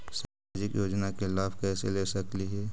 सामाजिक योजना के लाभ कैसे ले सकली हे?